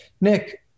Nick